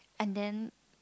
and then